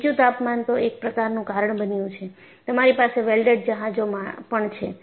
નીચું તાપમાન તો એક પ્રકારનું કારણ બન્યું છે તમારી પાસે વેલ્ડેડ જહાજો પણ છે